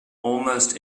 almost